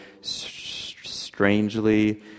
strangely